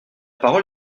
parole